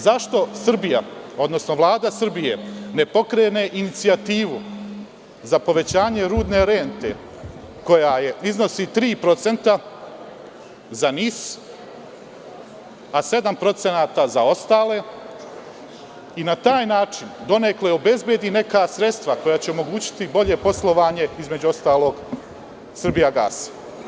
Zašto Srbija, odnosno Vlada Srbije ne pokrene inicijativu za povećanje rudne rente koja je iznosi 3% za NIS, a 7% procenata za ostale i na taj način donekle obezbedi neka sredstava koja će omogućiti bolje poslovanje, između ostalog „Srbijagasa“